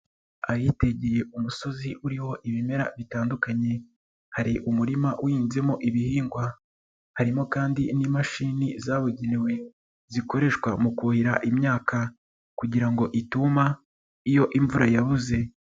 Ahitegeye umusozi uriho ibimera bitandukanye hari umurima uhinzemo ibihingwa, harimo kandi n'imashini zabugenewe zikoreshwa mu kuhira imyaka kugira ngo ituma iyo imvura yabuze.